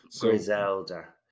Griselda